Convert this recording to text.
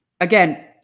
Again